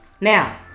Now